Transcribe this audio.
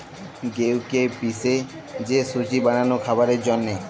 গেঁহুকে পিসে যে সুজি বালাল খাবারের জ্যনহে